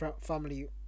family